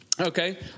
Okay